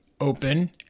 open